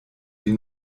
die